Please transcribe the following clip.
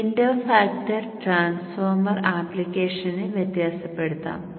ഈ window factor transformer ആപ്ലിക്കേഷൻസിൽ വ്യത്യാസപ്പെടാം